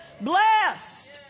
Blessed